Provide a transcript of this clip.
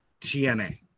TNA